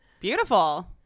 beautiful